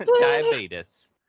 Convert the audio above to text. Diabetes